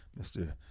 Mr